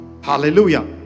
Hallelujah